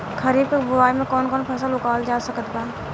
खरीब के बोआई मे कौन कौन फसल उगावाल जा सकत बा?